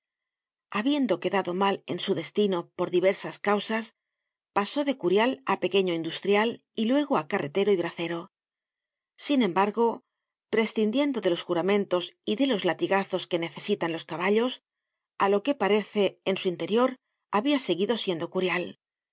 habiendo quedado mal en su destino por diversas causas pasó de curial á pequeño industrial y luego á carretero y bracero sin embargo prescindiendo de los juramentos y de los latigazos que necesitan los caballos á lo que parece en su interior habia seguido siendo curial